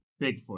Bigfoot